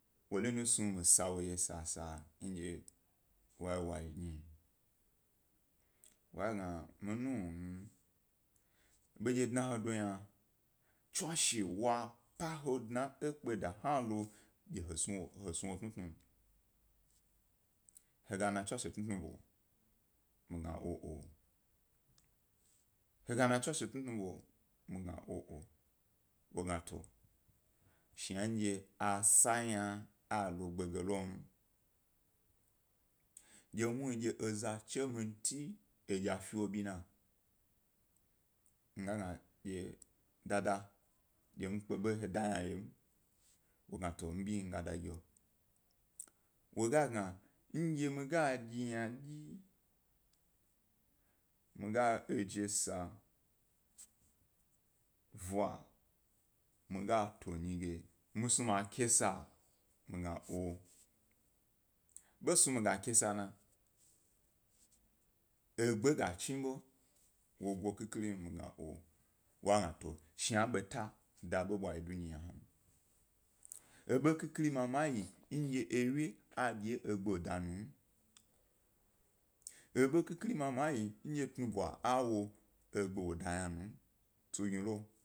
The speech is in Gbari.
Wori ḃo snu mi saw o ye sa san dye y. Y. Tukura nyi, mi nuwn hmi bendye dna he yna, tswagbe wo pa he dna ekpeda hna lo dye he snu wo tnutnum, he ga nan a tswashe tnutnu ḃo, mi ga gna oo, he ga na tswashe tnu nu ḃa, miga gna oo. Wo gna to ghnadye a sa yna a logbe gel on, dye nuhni eza cha miti. Ejni few o ḃina miga gna dada mi kpe ḃo he da yna yem, wo gna to mi bi mi ga da gi he. Wo ga gna ndye mi ga dyi ynadyi mi eje sa va mi ga ta enyi ge mi. snu ma kesa, mi ga gna oo, ḃesnu mi ga kesana egbe, ga chi ḃo wo go khikhirim mi gna oo, wo gna to shna beta da ḃo ḃwa yi do yna hna. Ebo g khikhiri mama yin dye ewye a dye wye egbe ga da yna num. Eḃo khikhiri mama yin dye tnaḃwa awo egbe ga da yna num tugnilo.